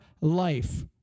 life